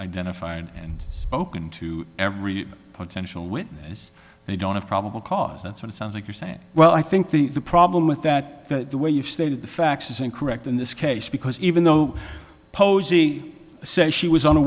identified and spoken to every potential witness they don't have probable cause that's what it sounds like you're saying well i think the problem with that the way you've stated the facts is incorrect in this case because even though posey says she was